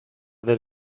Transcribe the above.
del